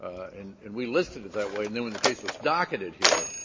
and and we listed it that way, and then when the case was docketed here,